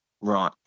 right